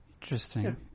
Interesting